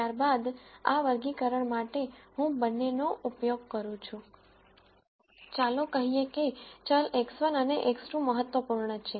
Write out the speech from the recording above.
ત્યારબાદ આ વર્ગીકરણ માટે હું બંનેનો ઉપયોગ કરુ છું ચાલો કહીએ કે ચલ x1 અને x2 મહત્વપૂર્ણ છે